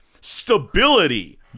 Stability